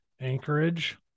Anchorage